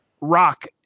rock